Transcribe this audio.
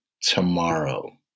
tomorrow